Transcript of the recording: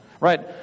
Right